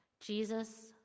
Jesus